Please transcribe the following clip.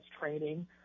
training